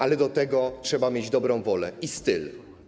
Ale do tego trzeba mieć dobrą wolę i styl.